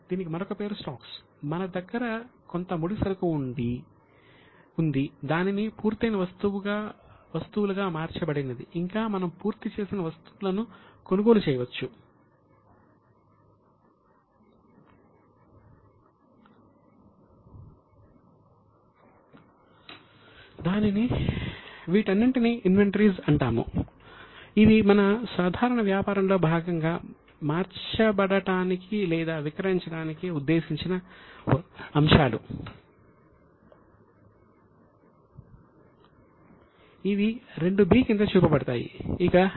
దీనికి మరొక పేరు స్టాక్స్ ను అప్పు కింద చూశాము